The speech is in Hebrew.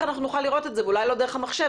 אנחנו נוכל לראות את זה ואולי לא דרך המחשב.